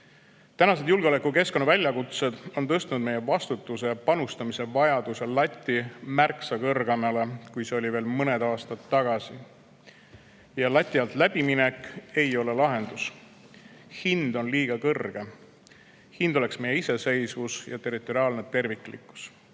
Tänased julgeolekukeskkonna väljakutsed on tõstnud meie vastutuse ja panustamise vajaduse latti märksa kõrgemale, kui see oli veel mõned aastad tagasi. Ja lati alt läbiminek ei ole lahendus. Hind on liiga kõrge. Hind oleks meie iseseisvus ja territoriaalne terviklikkus. Maailm